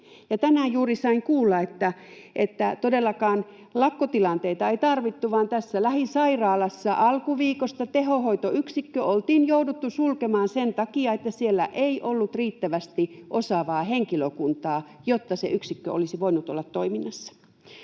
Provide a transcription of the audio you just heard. Tänään juuri sain kuulla, että todellakaan lakkotilanteita ei tarvittu, vaan tässä lähisairaalassa alkuviikosta tehohoitoyksikkö oltiin jouduttu sulkemaan sen takia, että siellä ei ollut riittävästi osaavaa henkilökuntaa, jotta se yksikkö olisi voinut olla toiminnassa,